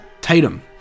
Tatum